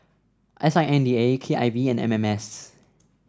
S I N D A K I V and M M S